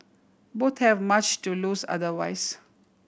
both have much to lose otherwise